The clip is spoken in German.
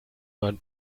neuen